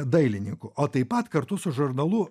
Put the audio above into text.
dailininkų o taip pat kartu su žurnalu